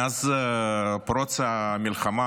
מאז פרוץ המלחמה,